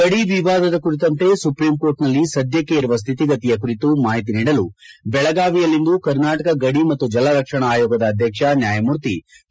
ಗಡಿ ವಿವಾದದ ಕುರಿತಂತೆ ಸುಪ್ರೀಂ ಕೋರ್ಟಿನಲ್ಲಿ ಸದ್ದಕ್ಕೆ ಇರುವ ಶ್ಥಿತಿಗತಿಯ ಕುರಿತು ಮಾಹಿತಿ ನೀಡಲು ಬೆಳಗಾವಿಯಲ್ಲಿಂದು ಕರ್ನಾಟಕ ಗಡಿ ಮತ್ತು ಜಲ ರಕ್ಷಣಾ ಆಯೋಗದ ಅಧ್ಯಕ್ಷ ನ್ಯಾಯಮೂರ್ತಿ ಕೆ